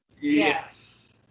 Yes